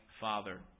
father